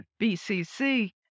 BCC